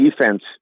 defense